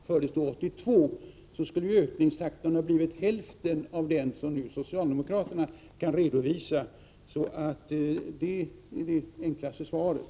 Herr talman! Tvärtom! Om ni fortsatt den politik som fördes 1982 skulle ju ökningstakten bara ha blivit hälften av den som socialdemokraterna nu kan redovisa. Det är det enklaste svaret.